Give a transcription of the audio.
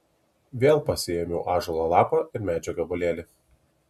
vėl pasiėmiau ąžuolo lapą ir medžio gabalėlį